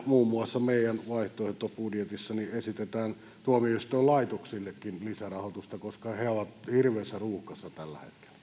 muun muassa meidän vaihtoehtobudjetissamme esitetään tuomioistuinlaitoksillekin lisärahoitusta koska ne ovat hirveässä ruuhkassa tällä